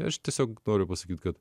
aš tiesiog noriu pasakyti kad